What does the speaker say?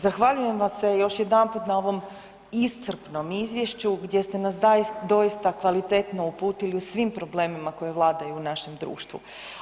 Zahvaljujem vam se još jedanput na ovom iscrpnom izvješću gdje ste nas doista kvalitetno uputili u svim problemima koji vladaju našim društvom.